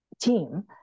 team